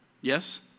Yes